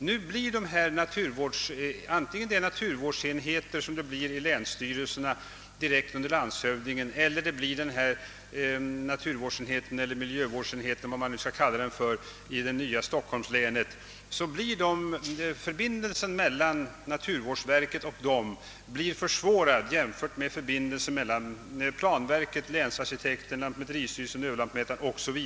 Antingen vi nu får naturvårdsenheter i länsstyrelserna direkt under landshövdingen eller naturvårdseller miljövårdsenheter i det nya stockholmslänet, blir förbindelsen mellan dem och naturvårdsverket försvårad jämfört med förbindelsen mellan planverket, länsarkitekten, lantmäteristyrelsen, överlantmätaren o. s. v.